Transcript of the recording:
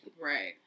Right